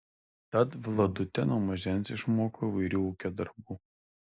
tad vladutė nuo mažens išmoko įvairių ūkio darbų